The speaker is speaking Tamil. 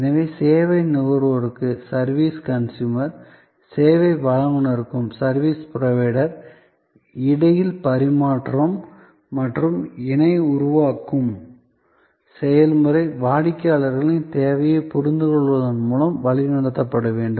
எனவே சேவை நுகர்வோருக்கும் சேவை வழங்குநருக்கும் இடையில் பரிமாற்றம் மற்றும் இணை உருவாக்கும் செயல்முறை வாடிக்கையாளர்களின் தேவையைப் புரிந்துகொள்வதன் மூலம் வழிநடத்தப்பட வேண்டும்